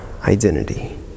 identity